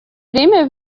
время